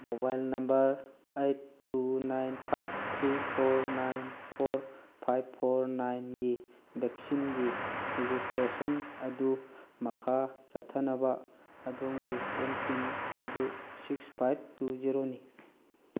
mobile number eight two nine five three four nine four five four ꯅꯥꯏꯟꯒꯤ ꯕꯦꯛꯁꯤꯟꯒꯤ registration ꯑꯗꯨ ꯃꯈꯥ ꯆꯠꯊꯅꯕ ꯑꯗꯣꯝꯒꯤ ꯑꯦꯝ ꯄꯤꯟ ꯑꯗꯨ ꯁꯤꯛꯁ ꯐꯥꯏꯕ ꯇꯨ ꯖꯦꯔꯣꯅꯤ